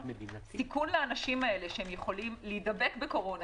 סיכון לאנשים האלה שיכולים להידבק בקורונה,